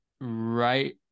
Right